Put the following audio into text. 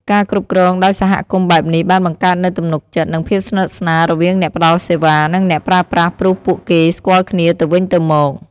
ការគ្រប់គ្រងដោយសហគមន៍បែបនេះបានបង្កើតនូវទំនុកចិត្តនិងភាពស្និទ្ធស្នាលរវាងអ្នកផ្តល់សេវា និងអ្នកប្រើប្រាស់ព្រោះពួកគេស្គាល់គ្នាទៅវិញទៅមក។